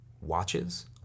watches